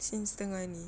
since tengah ni